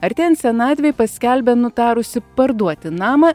artėjant senatvei paskelbė nutarusi parduoti namą